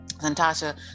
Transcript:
Natasha